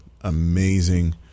amazing